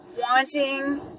wanting